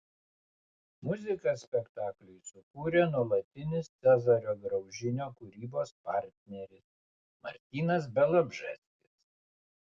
muziką spektakliui sukūrė nuolatinis cezario graužinio kūrybos partneris martynas bialobžeskis